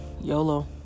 YOLO